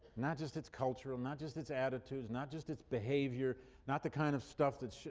not just its culture, um not just its attitudes, not just its behavior not the kind of stuff that so